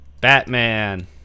Batman